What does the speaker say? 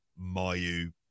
mayu